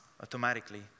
automatically